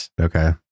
Okay